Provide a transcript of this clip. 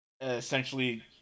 essentially